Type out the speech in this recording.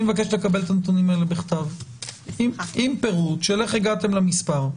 אני מבקש לקבל את הנתונים האלה בכתב עם פירוט איך הגעתם למספר,